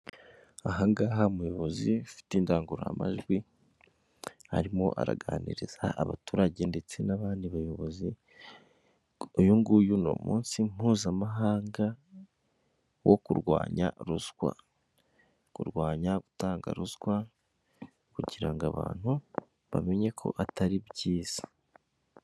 Ahangaha umuyobozi ufite indangururamajwi arimo araganiriza abaturage ndetse n'abandi bayobozi, uyunguyu ni umunsi mpuzamahanga wo kurwanya ruswa, kurwanya gutanga ruswa kugira ngo abantu bamenye ko atari byiza.